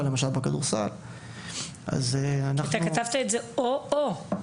אתה כתבת את זה "או-או".